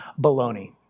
Baloney